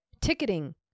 ticketing